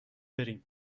بریم